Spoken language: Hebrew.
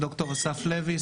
ד"ר אסף לוי,